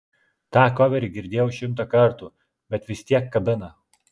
tą koverį girdėjau šimtą kartų bet vis tiek kabina